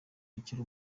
akiri